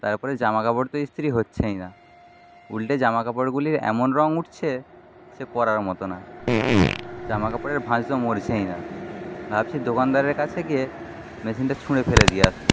তারপরে জামাকাপড় তো ইস্তিরি হচ্ছেই না উল্টে জামাকাপড়গুলির এমন রং উঠছে সে পরার মতো না জামাকাপড়ের ভাঁজ তো মরছেই না ভাবছি দোকানদারের কাছে গিয়ে মেশিনটা ছুঁড়ে ফেলে দিয়ে আসবো